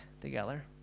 together